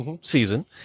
season